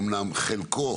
אמנם חלקו